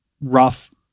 rough